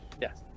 Yes